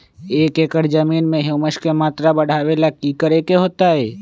एक एकड़ जमीन में ह्यूमस के मात्रा बढ़ावे ला की करे के होतई?